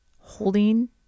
holding